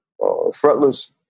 fretless